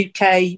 UK